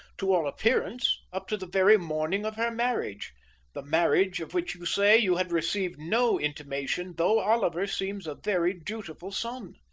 to all appearance, up to the very morning of her marriage the marriage of which you say you had received no intimation though oliver seems a very dutiful son.